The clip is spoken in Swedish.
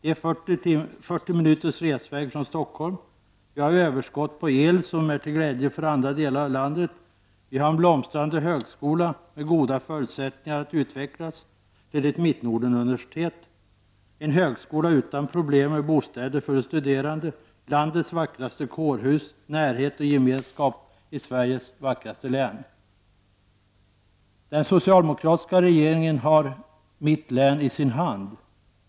Det är 40 minuters resväg från Stockholm. Det har överskott på el, som är till glädje för övriga delar av landet. Vi har en blomstrande högskola med goda förutsättningar att utvecklas till ett mittnordenuniversitet, en högskola utan problem med bostäder för de studerande, landets vackraste kårhus, närhet och gemenskap i Sveriges vackraste län. Den socialdemokratiska regeringen har ''mittlän'' i sin hand.